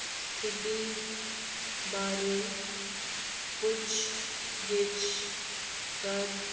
ਸਥਿਤੀ ਬਾਰੇ ਪੁੱਛ ਗਿੱਛ ਕਰ